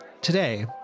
today